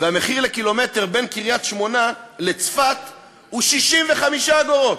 ובין קריית-שמונה לצפת הוא 65 אגורות?